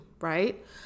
right